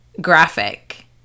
graphic